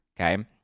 okay